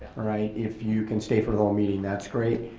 if you can stay for the whole meeting that's great,